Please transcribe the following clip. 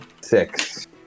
six